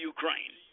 Ukraine